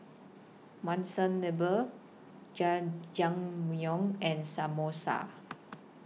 Monsunabe Jajangmyeon and Samosa